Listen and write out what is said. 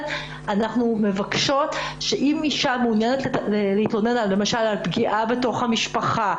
אם אישה מעוניינת להתלונן על פגיעה בתוך המשפחה,